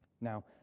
Now